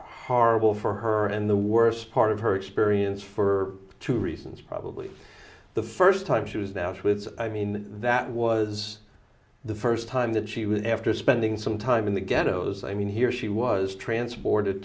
horrible for her and the worst part of her experience for two reasons probably the first time she was now with i mean that was the first time that she would after spending some time in the ghettos i mean here she was transported